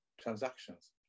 transactions